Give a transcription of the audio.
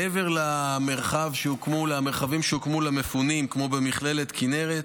מעבר למרחבים שהוקמו למפונים, כמו במכללת כנרת,